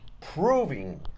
proving